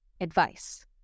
advice